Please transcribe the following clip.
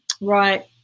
Right